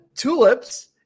tulips